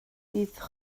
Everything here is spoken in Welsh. bydd